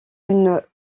une